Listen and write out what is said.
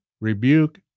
rebuke